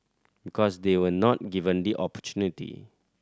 because they were not given the opportunity